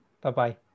bye-bye